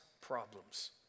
problems